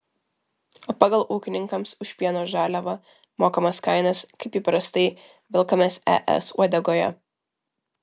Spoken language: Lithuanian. o pagal ūkininkams už pieno žaliavą mokamas kainas kaip įprastai velkamės es uodegoje